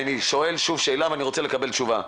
אני שואל שוב שאלה ואני רוצה לקבל תשובה.